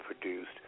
produced